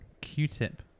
Q-tip